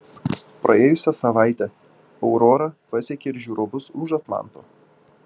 praėjusią savaitę aurora pasiekė ir žiūrovus už atlanto